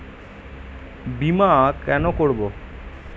বিমা কেন করব?